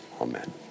amen